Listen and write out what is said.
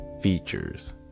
features